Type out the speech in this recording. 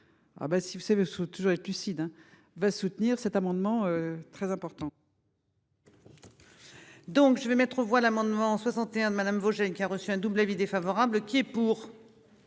si vous savez sous toujours être lucide hein, va soutenir cet amendement très important. Donc je vais mettre aux voix l'amendement 61 madame Vogel, qui a reçu un double avis défavorable qui est pour.